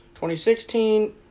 2016